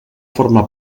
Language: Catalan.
forma